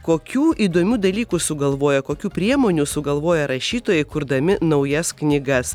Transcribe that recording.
kokių įdomių dalykų sugalvoja kokių priemonių sugalvoja rašytojai kurdami naujas knygas